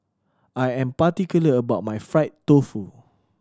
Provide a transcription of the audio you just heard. I am particular about my fried tofu